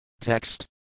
Text